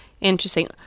interesting